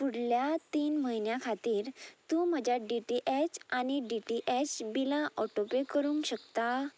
फुडल्या तीन म्हयन्यां खातीर तूं म्हज्या डी टी एच आनी डी टी एच बिलां ऑटो पे करूंक शकता